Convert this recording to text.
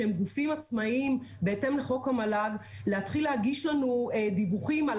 שהם גופים עצמאיים בהתאם לחוק המל"ג להתחיל להגיש לנו דיווחים על